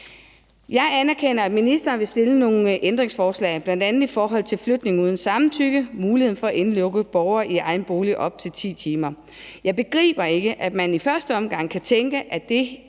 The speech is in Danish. Jeg anerkender, at ministeren vil stille nogle ændringsforslag, bl.a. i forhold til flytning uden samtykke og muligheden for at indelukke borgere i egen bolig op til 10 timer. Jeg begriber ikke, at man i første omgang kan tænke, at det